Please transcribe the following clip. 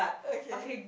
okay